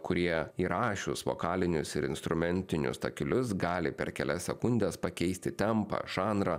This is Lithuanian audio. kurie įrašius vokalinius ir instrumentinius takelius gali per kelias sekundes pakeisti tempą žanrą